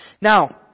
Now